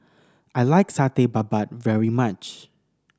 I like Satay Babat very much